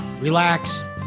relax